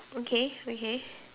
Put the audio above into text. okay okay